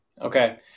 Okay